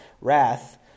wrath